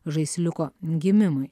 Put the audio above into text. žaisliuko gimimui